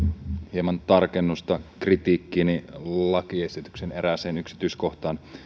hieman tarkennusta kritiikkiini lakiesityksen erääseen yksityiskohtaan